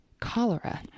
cholera